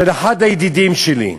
של אחד הידידים שלי,